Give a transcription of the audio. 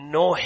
no